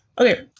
Okay